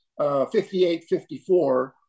58-54